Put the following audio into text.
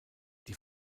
die